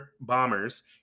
Bombers